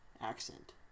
accent